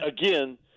again